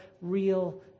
real